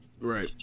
Right